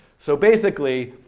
so basically,